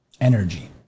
Energy